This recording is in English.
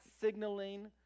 signaling